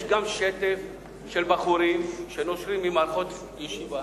יש גם שטף של בחורים שנושרים ממערכות ישיבה,